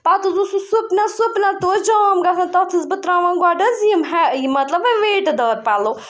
پَتہٕ حظ اوس سُہ سُپنَر سُپنَر تہِ اوس جام گژھان تَتھ ٲسٕس بہٕ ترٛاوان گۄڈٕ حظ یِم ہے یہِ مطلب وۄنۍ ویٹہٕ دار پَلو